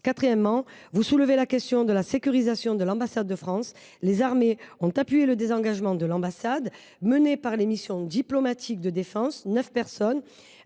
de transit. Vous soulevez la question de la sécurisation de l’ambassade de France. Les armées ont aidé au désengagement de l’ambassade, mené par la mission diplomatique de défense. Ainsi, 9 personnes,